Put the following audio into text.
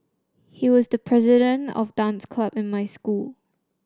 he was the president of dance club in my school